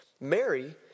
Mary